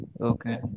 okay